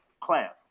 class